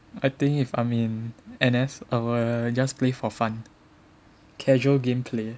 I think if I'm in N_S I will just play for fun casual game play